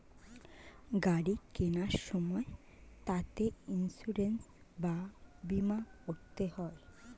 গাড়ি কেনার সময় তাতে ইন্সুরেন্স বা বীমা করতে হয়